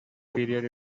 period